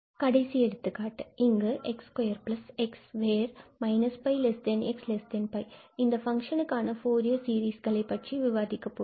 கடைசி எடுத்துக்காட்டு இங்கு 𝑥2𝑥 where −𝜋𝑥𝜋 இந்த ஃபங்ஷனுக்கு ஆன ஃபூரியர் சீரீஸ்களை பற்றி விவாதிக்கப் போகிறோம்